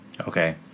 Okay